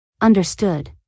Understood